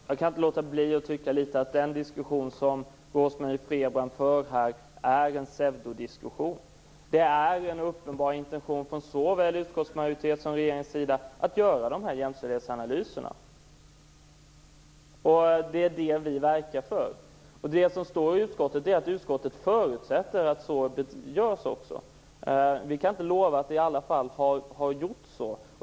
Herr talman! Jag kan inte låta bli att tycka att den diskussion som Rose-Marie Frebran för är en pseudodiskussion. Det är en uppenbar intention från såväl utskottsmajoritetens som regeringens sida att göra jämställdhetsanalyser. Det verkar vi för. Utskottet förutsätter att så också görs. Vi kan inte lova att det i alla fall har gjorts.